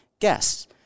Guests